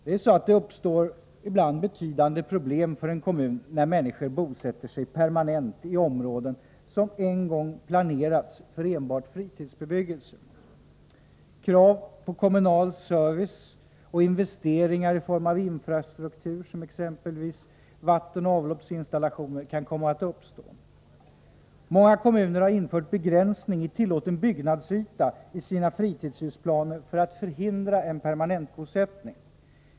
Det uppstår ibland betydande problem för en kommun, när människor bosätter sig permanent i områden som en gång planerats för enbart fritidsbebyggelse. Krav på kommunal service och investeringar i infrastruktur som exempelvis vattenoch avloppsinstallationer kan komma att ställas. Många kommuner har infört begränsning i tillåten byggnadsyta i sina fritidshusplaner för att förhindra permanentbosättning.